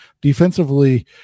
defensively